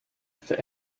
for